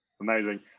Amazing